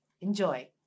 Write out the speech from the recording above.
enjoy